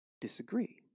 disagree